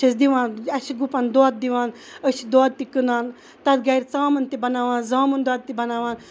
چھِ أسۍ دِوان اَسہِ چھِ گُپَن دۄد دِوان أسۍ چھِ دۄد تہِ کٕنان تتھ گَرٕ ژامَن تہِ بَناوان زامُت دۄد تہِ بَناوان